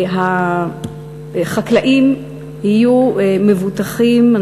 שהחקלאים יהיו מבוטחים.